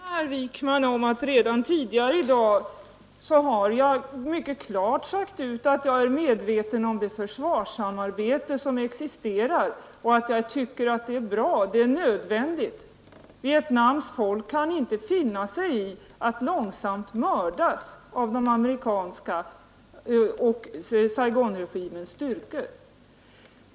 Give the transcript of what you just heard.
Herr talman! Jag vill påminna herr Wijkman om att jag redan tidigare i dag mycket klart sagt ut att jag är medveten om det försvarssamarbete som existerar och att jag tycker att detta är nödvändigt. Vietnams folk kan inte finna sig i att långsamt mördas av Amerikas och Saigonregimens styrkor.